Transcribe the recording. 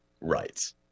Right